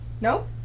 no